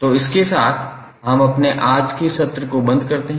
तो इसके साथ हम अपने आज के सत्र को बंद करते हैं